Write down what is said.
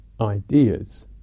ideas